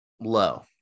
low